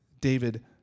David